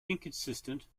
inconsistent